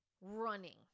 running